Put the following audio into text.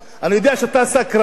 אני יודע שאתה סקרן,